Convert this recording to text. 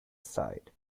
sighed